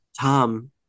Tom